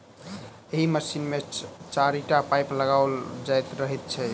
एहि मशीन मे चारिटा पाइप लगाओल रहैत छै